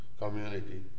community